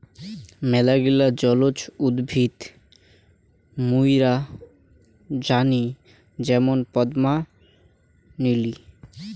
মেলাগিলা জলজ উদ্ভিদ মুইরা জানি যেমন পদ্ম, নিলি